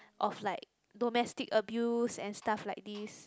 of like domestic abuse and stuff like this